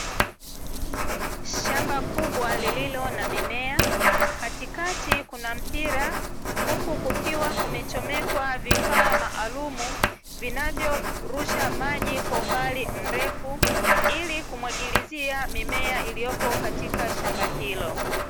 Shamba kubwa lililo na mimiea, katikati kuna mpira, huku kukiwa kumechomekwa vifaa maalumu vinavyorusha maji kwa umbali mrefu, ili kumwagilizia mimea iliyopo katika shamba hilo.